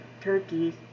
turkeys